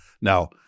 Now